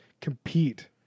compete